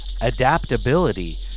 Adaptability